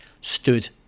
stood